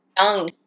young